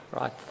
Right